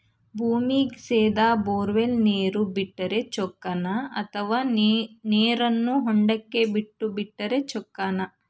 ಭೂಮಿಗೆ ಸೇದಾ ಬೊರ್ವೆಲ್ ನೇರು ಬಿಟ್ಟರೆ ಚೊಕ್ಕನ ಅಥವಾ ನೇರನ್ನು ಹೊಂಡಕ್ಕೆ ಬಿಟ್ಟು ಬಿಟ್ಟರೆ ಚೊಕ್ಕನ?